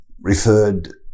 referred